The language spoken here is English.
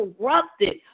corrupted